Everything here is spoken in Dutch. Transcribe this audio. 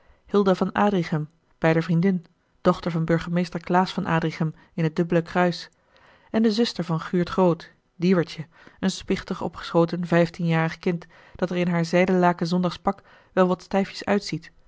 hilda van adrichem beider vriendin dochter van burgemeester klaes van adrichem in het dubbele kruis en de zuster van guurt groot dieuwertje een spichtig opgeschoten vijftienjarig kind dat er in haar zijde laken zondagspak wel wat stijfjes uitziet